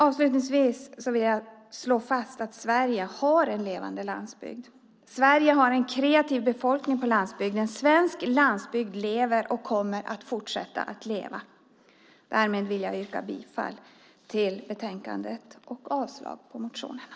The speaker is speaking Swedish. Avslutningsvis vill jag slå fast att Sverige har en levande landsbygd. Sverige har en kreativ befolkning på landsbygden. Svensk landsbygd lever och kommer att fortsätta att leva! Med detta yrkar jag bifall till utskottets förslag i betänkandet och avslag på motionerna.